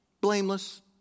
Blameless